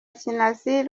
kinazi